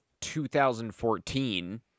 2014